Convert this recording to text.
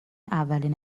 اولین